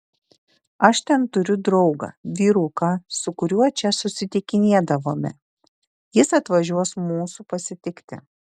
aš ten turiu draugą vyruką su kuriuo čia susitikinėdavome jis atvažiuos mūsų pasitikti